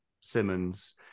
Simmons